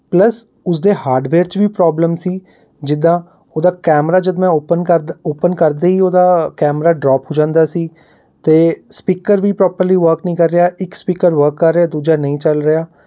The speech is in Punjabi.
ਪਲੱਸ ਉਸਦੇ ਹਾਰਡਵੇਅਰ 'ਚ ਵੀ ਪ੍ਰੋਬਲਮ ਸੀ ਜਿੱਦਾਂ ਉਹਦਾ ਕੈਮਰਾ ਜਦ ਮੈਂ ਉਪਨ ਕਰਦਾ ਉਪਨ ਕਰਦੇ ਹੀ ਉਹਦਾ ਕੈਮਰਾ ਡਰੋਪ ਹੋ ਜਾਂਦਾ ਸੀ ਅਤੇ ਸਪੀਕਰ ਵੀ ਪ੍ਰੋਪਰਲੀ ਵਰਕ ਨਹੀਂ ਕਰ ਰਿਹਾ ਇੱਕ ਸਪੀਕਰ ਵਰਕ ਕਰ ਰਿਹਾ ਦੂਜਾ ਨਹੀਂ ਚੱਲ ਰਿਹਾ